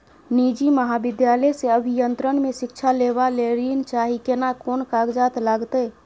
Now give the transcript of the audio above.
निजी महाविद्यालय से अभियंत्रण मे शिक्षा लेबा ले ऋण चाही केना कोन कागजात लागतै?